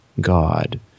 God